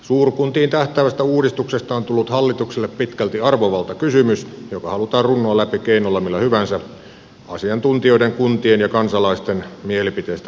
suurkuntiin tähtäävästä uudistuksesta on tullut hallitukselle pitkälti arvovaltakysymys joka halutaan runnoa läpi keinolla millä hyvänsä asiantuntijoiden kuntien ja kansalaisten mielipiteistä piittaamatta